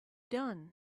done